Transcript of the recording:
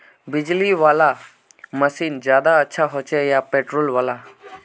बिजली वाला मशीन ज्यादा अच्छा होचे या पेट्रोल वाला?